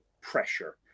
pressure